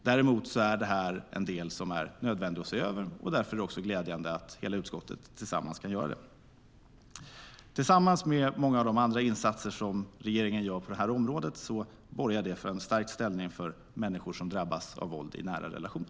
Däremot är detta en del som är nödvändig att se över, och därför är det glädjande att hela utskottet tillsammans kan göra det här tillkännagivandet. Tillsammans med många av de andra insatser som regeringen gör på det här området borgar detta för en stärkt ställning för människor som drabbas av våld i nära relationer.